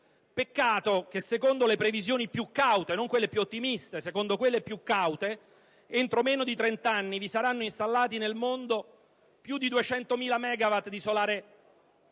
Peccato che secondo le previsioni più caute - non quelle più ottimiste - entro meno di trent'anni saranno installati nel mondo più di 200.000 MW di solare